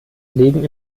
legen